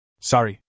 Sorry